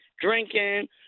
drinking